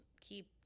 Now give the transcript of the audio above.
keep